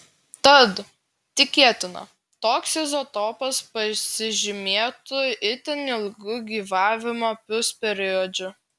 tad tikėtina toks izotopas pasižymėtų itin ilgu gyvavimo pusperiodžiu